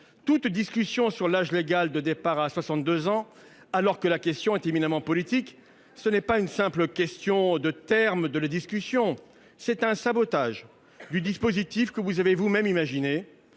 toute discussion sur l’âge légal de départ à la retraite à 62 ans, alors que la question est éminemment politique. Vous opérez non pas une simple révision des termes de la discussion, mais un sabotage du dispositif que vous avez vous même imaginé.